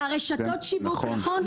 נכון.